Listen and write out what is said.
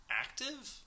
active